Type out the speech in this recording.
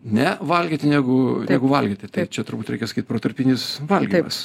ne valgyti negu negu valgyti tai čia turbūt reikia sakyti protarpinis valgymas tai mums